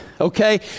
Okay